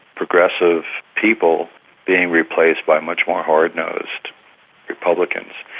progressive, people being replaced by much more hard-nosed republicans.